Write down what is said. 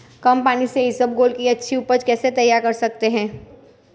कम पानी से इसबगोल की अच्छी ऊपज कैसे तैयार कर सकते हैं?